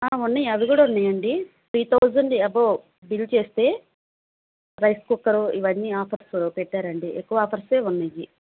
ఉన్నాయి అవి కూడా ఉన్నాయండి త్రీ థౌజండ్ అబోవ్ బిల్ చేస్తే రైస్ కుక్కరు ఇవన్నీ ఆఫర్సు పెట్టారండి ఎక్కువ ఆఫర్సే ఉన్నాయి